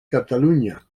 cataluña